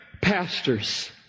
pastors